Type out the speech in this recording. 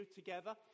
together